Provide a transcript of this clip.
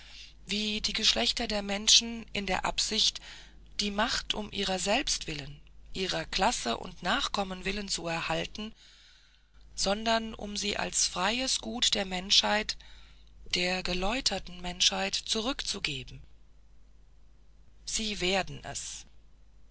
wie die geschlechter der menschen in der absicht die macht um ihrer selbst ihrer klasse und nachkommen willen zu erhalten sondern um sie als freies gut der menschheit der geläuterten menschheit zurückzugeben sie werden es